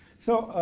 so,